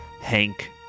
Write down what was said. Hank